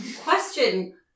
question